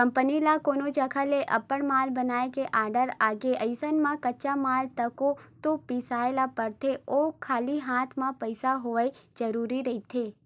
company ल कोनो जघा ले अब्बड़ माल बनाए के आरडर आगे अइसन म कच्चा माल तको तो बिसाय ल परथे ओ घरी हात म पइसा होवई जरुरी रहिथे